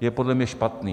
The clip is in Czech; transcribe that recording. je podle mě špatný.